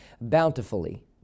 bountifully